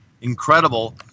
incredible